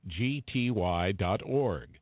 gty.org